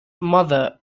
mother